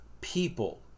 people